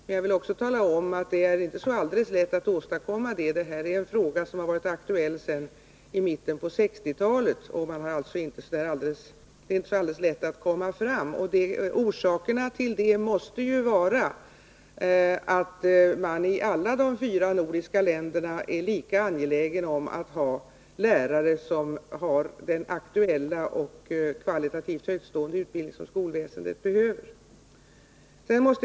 Det är emellertid inte alltid så lätt att åstadkomma det. Frågan har varit aktuell sedan mitten på 1960-talet. Det är alltså inte så lätt att komma framåt. Orsakerna härtill måste vara att man i alla fyra nordiska länderna är lika angelägen om att ha lärare med den aktuella och kvalitativt högt stående utbildning som skolväsendet behöver.